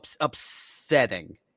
upsetting